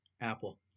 apple